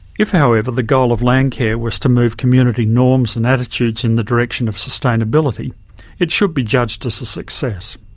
if however, the goal of landcare was to move community norms and attitudes in the direction of sustainability it should be judged as a success.